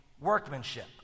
workmanship